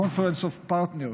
Conference of Partners.